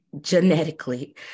genetically